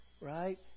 right